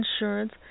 insurance